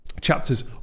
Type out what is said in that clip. Chapters